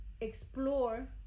explore